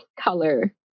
color